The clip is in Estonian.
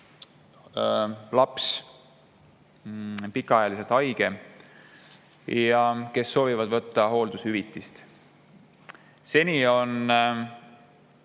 laps pikaajaliselt haige ja kes soovivad [saada] hooldushüvitist. Seni on